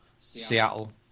Seattle